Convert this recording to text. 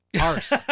Arse